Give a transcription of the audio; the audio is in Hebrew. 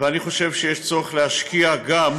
ואני חושב שיש צורך להשקיע גם,